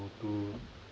to